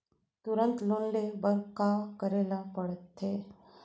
तुरंत लोन ले बर का करे ला पढ़थे?